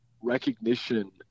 recognition